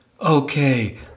okay